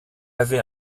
avait